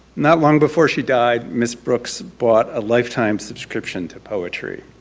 not long before she died mrs. brooks bought a lifetime subscription to poetry.